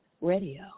radio